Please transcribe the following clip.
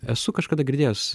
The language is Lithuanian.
esu kažkada girdėjęs